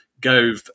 Gove